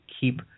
keep